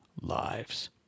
lives